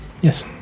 Yes